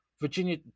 Virginia